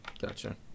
Gotcha